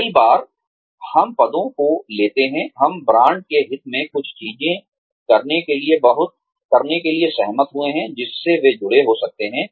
कई बार हम पदों को लेते हैं हम ब्रांड के हित में कुछ चीजें करने के लिए सहमत हुए हैं जिससे वे जुड़े हो सकते हैं